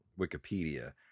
Wikipedia